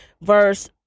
verse